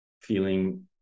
Feeling